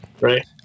Right